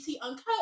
uncut